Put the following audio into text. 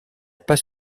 pas